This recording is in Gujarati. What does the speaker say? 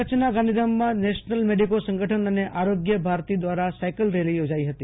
પુર્વ કચ્છના ગાંધીધામમાં નેશનલ મેડિકો સંગઠન અને આરોગ્ય ભારતી દ્રારા સાયકલ રેલી યોજાઈ હતી